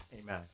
Amen